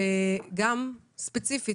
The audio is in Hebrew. גם ספציפית,